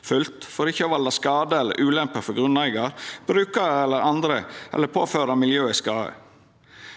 for ikkje å valda skade eller ulempe for grunneigar, brukar eller andre, eller påføra miljøet skade.